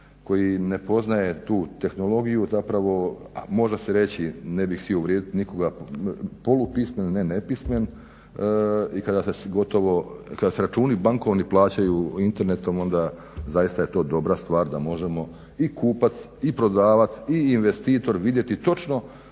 koji ne poznaje tu tehnologiju zapravo, a može se reći, ne bih htio uvrijediti nikoga polupismen, ne nepismen i kada se gotovo, kada se računi bankovni plaćaju internetom onda zaista je to dobra stvar da možemo i kupac i prodavac i investitor vidjeti točno,